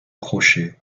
crochet